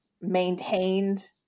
maintained